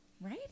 Right